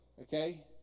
Okay